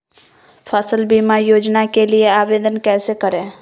फसल बीमा योजना के लिए आवेदन कैसे करें?